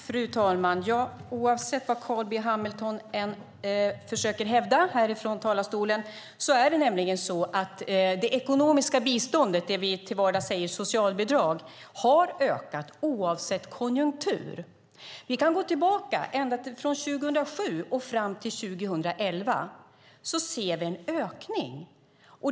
Fru talman! Oavsett vad Carl B Hamilton försöker hävda från talarstolen är det så att det ekonomiska biståndet, det vi till vardags kallar socialbidrag, har ökat oberoende av konjunktur. Vi kan gå tillbaka ända till 2007. Därifrån och fram till 2011 ser vi en ökning.